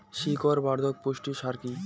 শিকড় বর্ধক পুষ্টি সার কি?